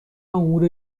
امور